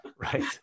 Right